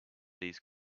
these